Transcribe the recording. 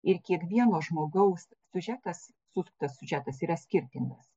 ir kiekvieno žmogaus siužetas susuktas siužetas yra skirtingas